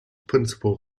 principal